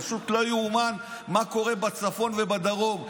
פשוט לא יאומן מה שקורה בצפון ובדרום.